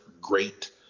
great